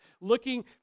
looking